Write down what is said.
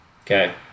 Okay